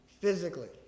physically